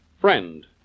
Friend